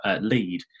lead